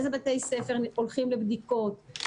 איזה בתי ספר הולכים לבדיקות,